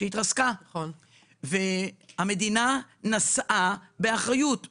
החברה התרסקה, והמדינה נשאה באחריות של זה.